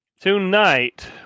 tonight